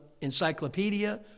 encyclopedia